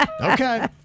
Okay